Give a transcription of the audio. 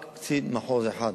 רק קצין מחוז אחד